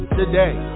today